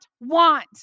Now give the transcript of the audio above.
want